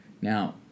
Now